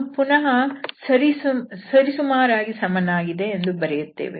ನಾವು ಪುನಹ " ಸರಿಸುಮಾರಾಗಿ ಸಮನಾಗಿದೆ" ಎಂದು ಬರೆಯುತ್ತೇವೆ